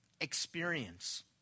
experience